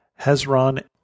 Hezron